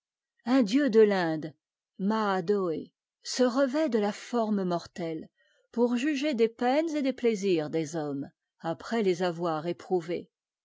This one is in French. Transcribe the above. un dieu de l'inde mahadoeh se revêt de la forme mortelle pour juger des peines et des plaisirs des hommes après les avoir éprouvés